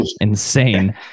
insane